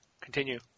continue